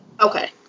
Okay